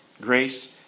Grace